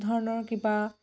ধৰণৰ কিবা